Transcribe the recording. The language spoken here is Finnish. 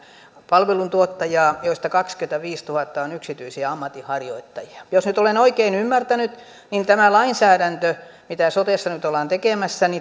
palveluntuottajaa joista kaksikymmentäviisituhatta on yksityisiä ammatinharjoittajia jos nyt olen oikein ymmärtänyt niin tämä lainsäädäntö mitä sotessa nyt ollaan tekemässä